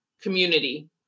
community